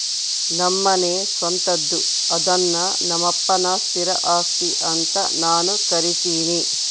ನಮ್ಮನೆ ಸ್ವಂತದ್ದು ಅದ್ನ ನಮ್ಮಪ್ಪನ ಸ್ಥಿರ ಆಸ್ತಿ ಅಂತ ನಾನು ಕರಿತಿನಿ